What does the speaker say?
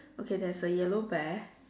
okay there's a yellow bear